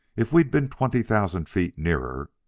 if we'd been twenty thousand feet nearer.